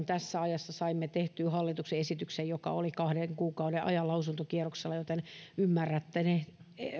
tässä ajassa saimme tehtyä hallituksen esityksen joka oli kahden kuukauden ajan lausuntokierroksella joten ymmärrätte ne